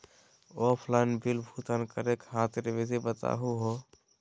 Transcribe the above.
Offline bill भुगतान करे खातिर विधि बताही हो?